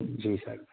جی سر